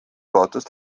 lootust